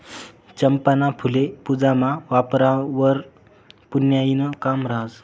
चंपाना फुल्ये पूजामा वापरावंवर पुन्याईनं काम रहास